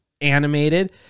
animated